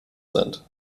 sind